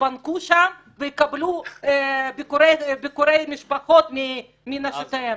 יתפנקו שם ויקבלו ביקורי משפחות מנשותיהם.